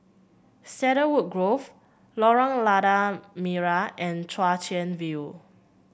Cedarwood Grove Lorong Lada Merah and Chwee Chian View